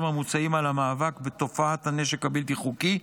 המוצעים על המאבק בתופעת הנשק הבלתי-חוקי,